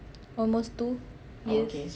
almost two years